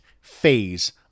phase